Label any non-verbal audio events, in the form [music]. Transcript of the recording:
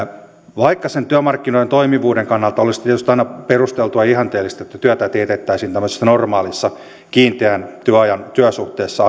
vaikka työmarkkinoiden toimivuuden kannalta olisi tietysti aina perusteltua ja ihanteellista että työtä teetettäisiin tämmöisessä normaalissa kiinteän työajan työsuhteessa [unintelligible]